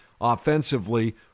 offensively